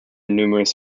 numerous